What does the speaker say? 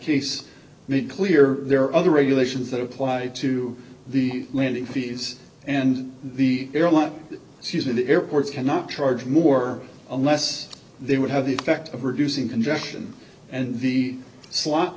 case made clear there are other regulations that apply to the landing fees and the airlines she's in the airports cannot charge more unless they would have the effect of reducing congestion and the slot